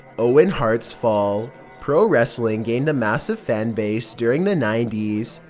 owen hart's fall pro wrestling gained a massive fan base during the ninety s,